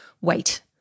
wait